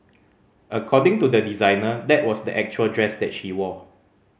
according to the designer that was the actual dress that she wore